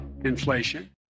inflation